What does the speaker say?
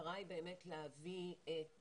המטרה היא להביא את